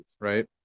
Right